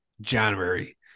January